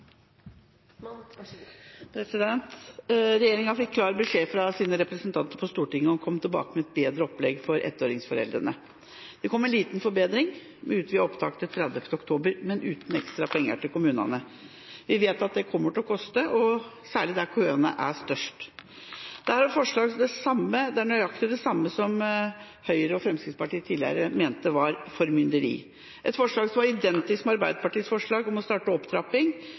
Regjeringa fikk klar beskjed fra sine representanter på Stortinget om å komme tilbake med et bedre opplegg for foreldrene til ettåringer. Det kom en liten forbedring, med utvidet opptak til 31. oktober, men uten ekstra penger til kommunene. Vi vet at det kommer til å koste, og særlig der køene er størst. Dette forslaget er nøyaktig det samme som Høyre og Fremskrittspartiet tidligere mente var formynderi, og et forslag som var identisk med Arbeiderpartiets forslag om å starte opptrapping